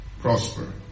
prosper